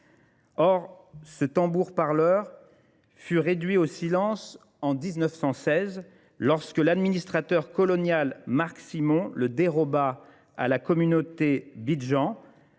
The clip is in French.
Or, ce tambour parleur fut réduit au silence en 1916, lorsque l'administrateur colonial Marc Simon le dérobât à la communauté Bijan.